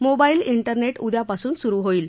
mobile internet उद्यापासून सुरू होईल